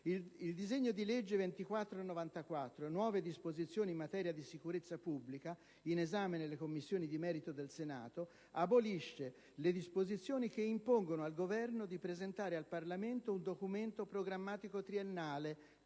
il disegno di legge n. 2494, recante «nuove disposizioni in materia di sicurezza pubblica», in esame presso le Commissioni di merito del Senato, abolisce le disposizioni che impongono al Governo di presentare al Parlamento un documento programmatico triennale